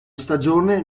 stagione